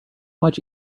much